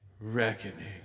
Reckoning